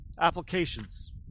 applications